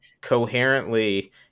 coherently